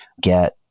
get